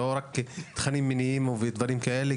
לא רק תכנים מיניים או דברים כאלה.